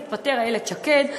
תתפטר איילת שקד,